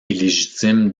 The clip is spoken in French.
illégitime